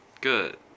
good